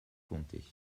comtés